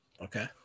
Okay